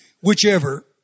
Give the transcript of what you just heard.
whichever